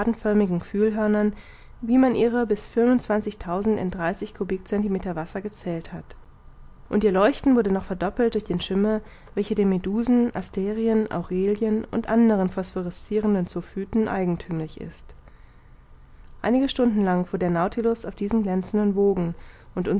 wie man ihrer bis fünfundzwanzigtausend in dreißig kubikcentimeter wasser gezählt hat und ihr leuchten wurde noch verdoppelt durch den schimmer welcher den medusen asterien aurelien und anderen phosphorescirenden zoophyten eigenthümlich ist einige stunden lang fuhr der nautilus auf diesen glänzenden wogen und